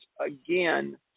again